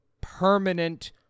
permanent